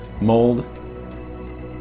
mold